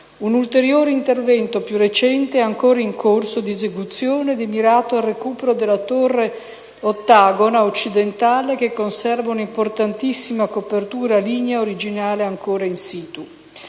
Un ulteriore intervento più recente è ancora in corso di esecuzione ed è mirato al recupero della torre ottagona occidentale che conserva un'importantissima copertura lignea originale ancora *in situ*.